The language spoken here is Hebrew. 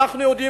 אנחנו יהודים,